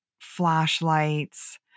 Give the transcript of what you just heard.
flashlights